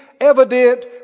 evident